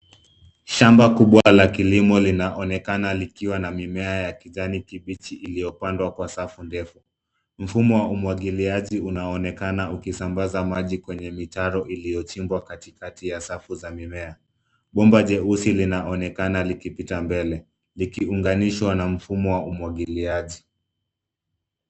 Shamba kubwa la kilimo linaonekana likiwa na mimea ya kijani kibichi iliyopandwa kwa safu ndefu. Mfumo wa umwagiliaji unaonekana ukisambaza maji kwenye mitaro iliyochimbwa katikati ya safu za mimea. Bomba jeusi linaonekana likipita mbele likiunganishwa na mfumo wa umwagiliaji.